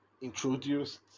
introduced